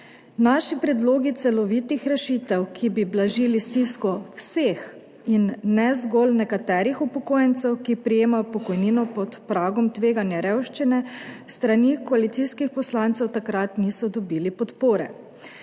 Naši predlogi celovitih rešitev, ki bi blažili stisko vseh in ne zgolj nekaterih upokojencev, ki prejemajo pokojnino pod pragom tveganja revščine, s strani koalicijskih poslancev takrat niso dobili podpore.